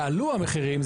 יעלו המחירים,